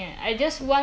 poor again